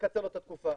לקצר לו את התקופה.